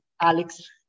Alex